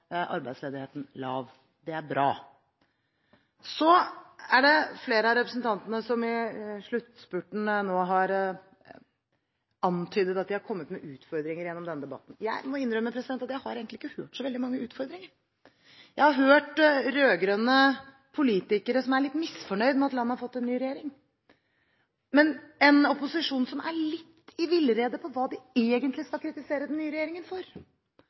arbeidsledigheten lav. Det er bra. Så er det flere av representantene som i sluttspurten nå har antydet at de har kommet med utfordringer gjennom denne debatten. Jeg må innrømme at jeg egentlig ikke har hørt så veldig mange utfordringer. Jeg har hørt rød-grønne politikere som er litt misfornøyd med at landet har fått en ny regjering, men en opposisjon som er litt i villrede om hva de egentlig skal kritisere den nye regjeringen for.